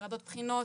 חרדות בחינות,